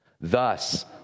Thus